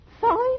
Five